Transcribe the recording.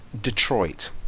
Detroit